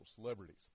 celebrities